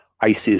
ISIS